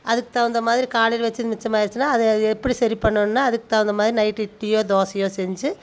அதுக்கு தகுந்த மாதிரி காலையில் வைச்சது மிச்சம் ஆகிருச்சுனா அதை அது எப்படி சரி பண்ணவோன்னா அதுக்கு தகுந்த மாதிரி நைட்டு இட்லியோ தோசை செஞ்சு